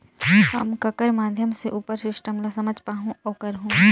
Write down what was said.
हम ककर माध्यम से उपर सिस्टम ला समझ पाहुं और करहूं?